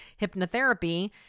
hypnotherapy